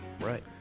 Right